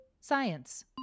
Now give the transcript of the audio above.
science